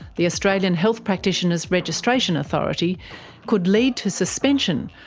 the australian health practitioners registration authority could lead to suspension,